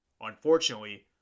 Unfortunately